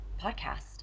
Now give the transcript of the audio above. podcast